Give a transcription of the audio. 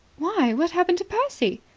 why, what happened to percy?